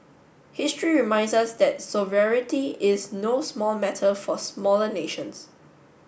history reminds us that sovereignty is no small matter for smaller nations